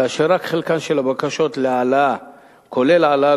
כאשר רק חלקן של הבקשות להעלאה כולל העלאה